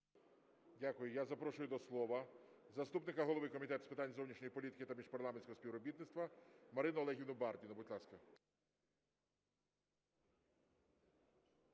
Дякую. Я запрошую до слова заступника голови Комітету з питань зовнішньої політики та міжпарламентського співробітництва Марину Олегівну Бардіну. Будь ласка.